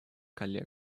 коллег